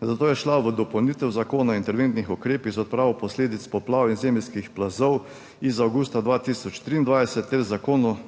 zato je šla v dopolnitev Zakona o interventnih ukrepih za odpravo posledic poplav in zemeljskih plazov iz avgusta 2023 ter zakonu